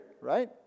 right